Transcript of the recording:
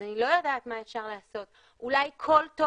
אז אני לא יודעת מה אפשר לעשות, שוב,